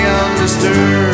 undisturbed